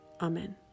Amen